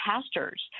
pastors